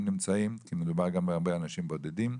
נמצאים כי מדובר גם בהרבה אנשים בודדים.